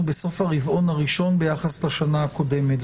בסוף הרבעון הראשון ביחס לשנה הקודמת.